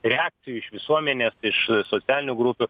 reakcijų iš visuomenės iš socialinių grupių